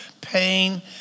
pain